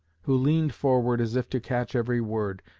who leaned forward as if to catch every word,